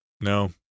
no